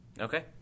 Okay